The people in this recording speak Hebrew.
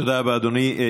תודה רבה, אדוני.